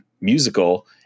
musical